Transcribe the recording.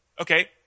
Okay